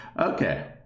okay